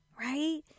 right